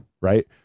right